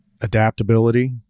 adaptability